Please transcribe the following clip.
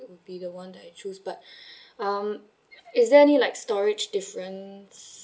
will be the one that I choose but um is there any like storage difference